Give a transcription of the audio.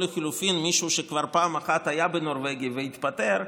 או לחלופין מישהו שכבר פעם אחת היה בנורבגי והתפטר,